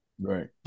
Right